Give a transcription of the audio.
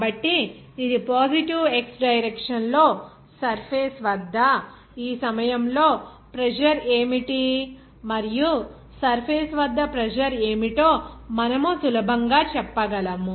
కాబట్టి ఇది positive x direction లో సర్ఫేస్ వద్ద ఈ సమయంలో ప్రెజర్ ఏమిటి మరియు సర్ఫేస్ వద్ద ప్రెజర్ ఏమిటో మనం సులభంగా చెప్పగలం